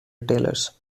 retailers